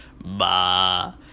Bah